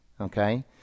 okay